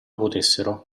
potessero